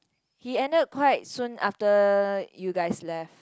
he ended quite soon after you guys left